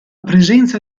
presenza